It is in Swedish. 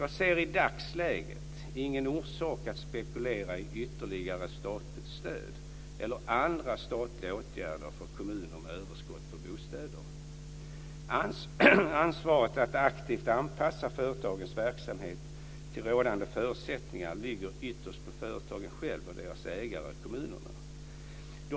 Jag ser i dagsläget ingen orsak att spekulera i ytterligare statligt stöd eller andra statliga åtgärder för kommuner med överskott på bostäder. Ansvaret att aktivt anpassa företagens verksamhet till rådande förutsättningar ligger ytterst på företagen själva och deras ägare, kommunerna.